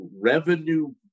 revenue